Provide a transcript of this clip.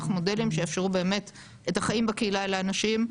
מודלים שיאפשרו באמת את החיים בקהילה לאנשים,